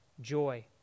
joy